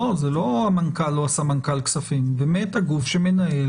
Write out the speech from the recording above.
זה לא המנכ"ל או סמנכ"ל הכספים אלא זה באמת הגוף שמנהל.